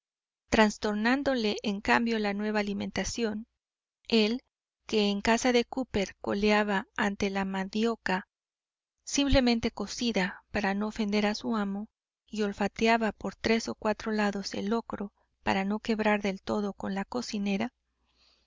importancia trastornándole en cambio la nueva alimentación el que en casa de cooper coleaba ante la mandioca simplemente cocida para no ofender a su amo y olfateaba por tres o cuatro lados el locro para no quebrar del todo con la cocinera